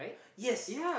yes